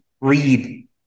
read